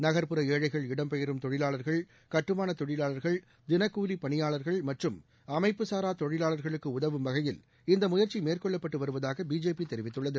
நக்புற ஏழைகள் இடம்பெயரும் தொழிலாளர்கள் கட்டுமான தொழிலாளர்கள் தினக்கூலி பணியாளர்கள் மற்றும் அமைப்புசாரா தொழிவாளர்களுக்கு உதவும் வகையில் இந்த முயற்சி மேற்கொள்ளப்பட்டு வருவதாக பிஜேபி தெரிவித்துள்ளது